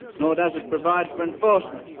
nor does it provide for enforcement.